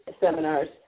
seminars